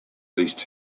least